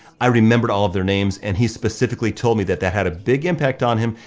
i remembered all of their names, and he specifically told me that that had a big impact on him,